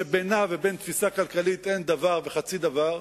שבינה ובין תפיסה כלכלית אין דבר וחצי דבר,